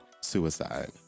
suicide